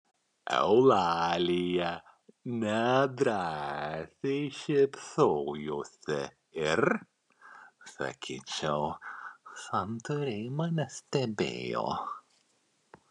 eulalija nedrąsiai šypsojosi ir sakyčiau santūriai mane stebėjo